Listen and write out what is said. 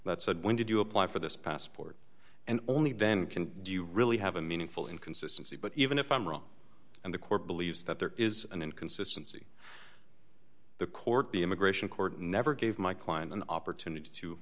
that said when did you apply for this passport and only then can do you really have a meaningful inconsistency but even if i'm wrong and the court believes that there is an inconsistency the court the immigration court never gave my client an opportunity to